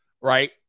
right